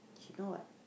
she know what